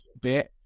bit